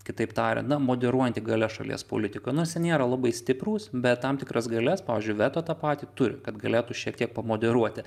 kitaip tariant na moderuojanti galia šalies politikoj nors ir nėra labai stiprūs bet tam tikras galias pavyzdžiui veto tą patį turi kad galėtų šiek tiek pamoderuoti